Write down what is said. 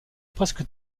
presque